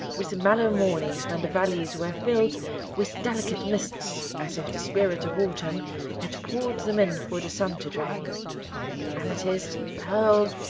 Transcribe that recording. with mellow mornings when the valleys were filled with delicate mists as if the spirit of autumn had poured them in for the sun to drain amethyst, pearl,